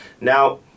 Now